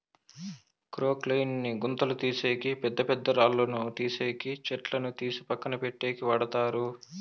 క్రొక్లేయిన్ ని గుంతలు తీసేకి, పెద్ద పెద్ద రాళ్ళను తీసేకి, చెట్లను తీసి పక్కన పెట్టేకి వాడతారు